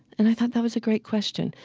and i thought that was a great question.